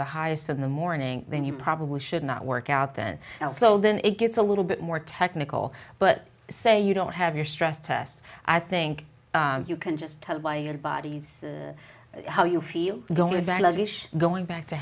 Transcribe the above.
the highest in the morning then you probably should not work out then and so then it gets a little bit more technical but say you don't have your stress test i think you can just tell by your body's how you feel going back to